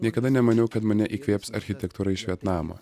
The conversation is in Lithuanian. niekada nemaniau kad mane įkvėps architektūra iš vietnamo